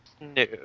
no